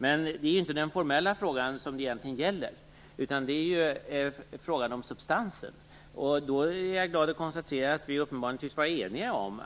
Men detta gäller egentligen inte den formella frågan, utan frågan om substansen. Jag är glad att konstatera att vi uppenbarligen tycks vara eniga om